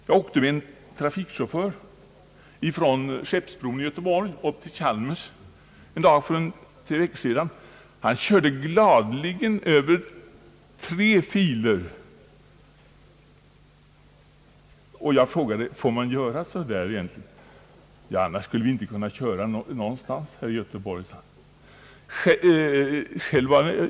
Jag åkte med en trafikchaufför från Skeppsbron i Göteborg till Chalmers för en tre veckor sedan. Han körde gladeligen över tre filer och jag frågade: Får man göra så där egentligen? Ja, annars skulle vi inte kunna köra någonstans här i Göteborg, sade han.